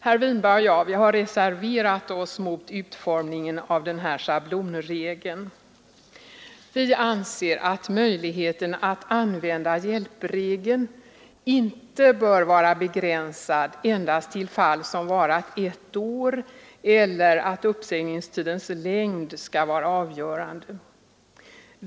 Herr Winberg och jag har reserverat oss mot utformningen av denna schablonregel. Vi anser att möjligheten att använda hjälpregeln inte bör vara begränsad endast till fall som varat ett år och att uppsägningstidens längd inte skall vara avgörande.